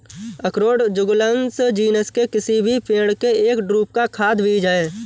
अखरोट Juglans genus के किसी भी पेड़ के एक ड्रूप का खाद्य बीज है